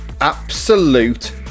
absolute